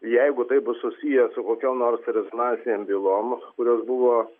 jeigu taip bus susiję su kokiom nors rezonansinėm bylom kurios buvo